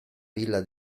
villa